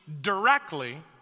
directly